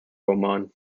oman